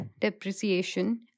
depreciation